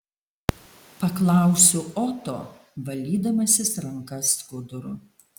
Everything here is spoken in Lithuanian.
paklausiu oto valydamasis rankas skuduru